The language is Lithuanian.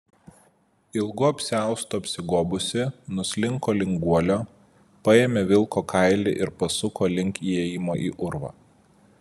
ilgu apsiaustu apsigobusi nuslinko link guolio paėmė vilko kailį ir pasuko link įėjimo į urvą